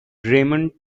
raymond